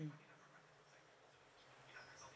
mm